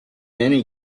any